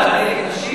אתה נגד נשים,